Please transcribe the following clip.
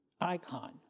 icon